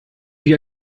sich